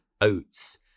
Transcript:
oats